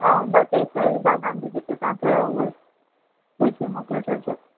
ऐं ॿ केसर बादाम जी जेके आहे उहे बि मोकिले छॾिजो